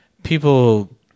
People